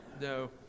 No